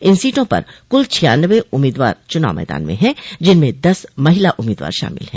इन सीटों पर कुल छिनयानवे उम्मीदवार चुनाव मैदान में हैं जिनमें दस महिला उम्मीदवार शामिल है